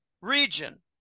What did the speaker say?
region